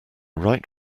right